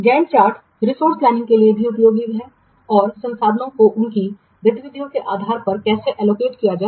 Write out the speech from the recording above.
Gantt chart संसाधन नियोजन के लिए भी उपयोगी हैं कि संसाधनों को उनकी गतिविधियों के आधार पर कैसे आवंटित किया जाए